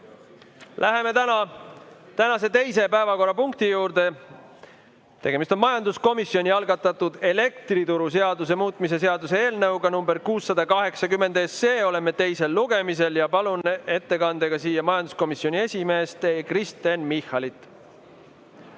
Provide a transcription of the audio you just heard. Läheme tänase teise päevakorrapunkti juurde. Tegemist on majanduskomisjoni algatatud elektrituruseaduse muutmise seaduse eelnõuga nr 680. Oleme teisel lugemisel ja palun ettekandjaks siia majanduskomisjoni esimehe Kristen Michali.